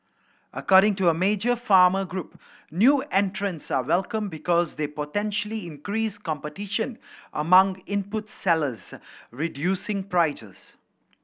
according to a major farmer group new entrants are welcome because they potentially increase competition among input sellers reducing prices